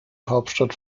hauptstadt